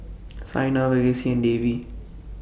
Saina Verghese and Devi